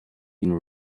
been